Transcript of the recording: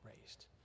raised